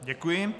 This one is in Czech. Děkuji.